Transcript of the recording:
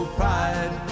pride